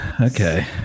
Okay